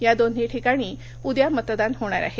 या दोन्ही ठिकाणी उद्या मतदान होणार आहे